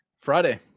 friday